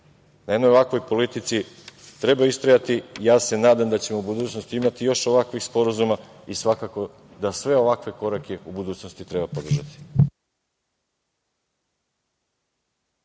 jednoj takvoj politici treba istrajati i nadam se da ćemo u budućnosti imati još ovakvih sporazuma i svakako da sve ovakve korake u budućnosti treba podržati.